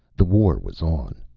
the war was on.